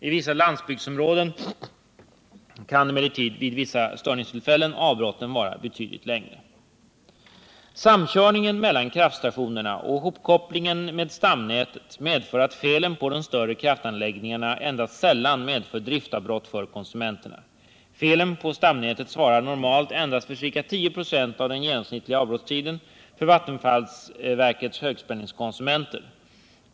I vissa landsbygdsområden kan emellertid vid vissa störningstillfällen avbrotten vara betydligt längre. Samkörningen mellan kraftstationerna och hopkopplingen med stamnätet medför att felen på de större kraftanläggningarna endast sällan medför driftavbrott för konsumenterna. Felen på stamnätet svarar normalt endast för ca 10 26 av den genomsnittliga avbrottstiden för vattenfallsverkets högspänningskonsumenter.